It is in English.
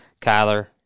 kyler